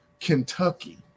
Kentucky